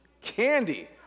Candy